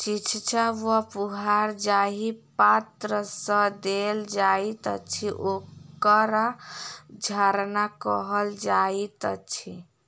छिच्चा वा फुहार जाहि पात्र सँ देल जाइत अछि, ओकरा झरना कहल जाइत अछि